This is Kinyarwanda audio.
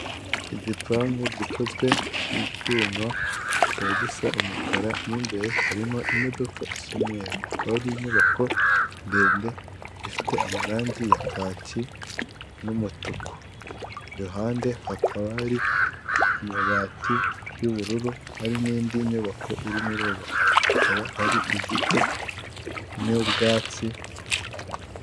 Igipangu gikozwe mu byuma kikaba gisa umukara mo imbere harimo imodoka isa umweru, hakaba hari inyubako ndende ifite amarangi ya kaki, n'umutuku iruhande hakaba hari inyubako ifite amabati y'ubururu hari n'indi nyubako irimo, irubakwa hakaba hari igiti n'ubwatsi.